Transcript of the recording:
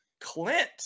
clint